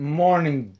morning